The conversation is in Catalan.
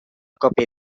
còpia